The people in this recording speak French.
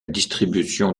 distribution